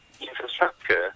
infrastructure